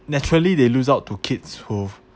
naturally they lose out to kids who